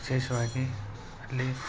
ವಿಶೇಷವಾಗಿ ಅಲ್ಲಿ